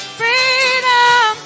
freedom